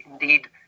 indeed